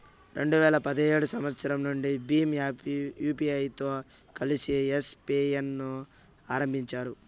రెండు వేల పదిహేడు సంవచ్చరం నుండి భీమ్ యూపీఐతో కలిసి యెస్ పే ను ఆరంభించారు